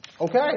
Okay